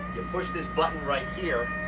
push this button right here